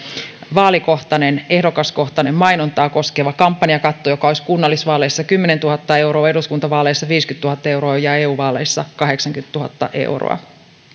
vaalikohtainen ehdokaskohtainen mainontaa koskeva kampanjakatto joka olisi kunnallisvaaleissa kymmenentuhatta euroa eduskuntavaaleissa viisikymmentätuhatta euroa ja eu vaaleissa kahdeksankymmentätuhatta euroa